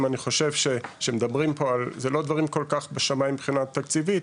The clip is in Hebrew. אם אני חושב מדברים פה על דברים שהם לא כל כך בשמיים מבחינה תקציבית,